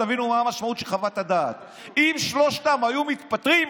תבינו מה המשמעות של חוות הדעת: אם שלושתם היו מתפטרים,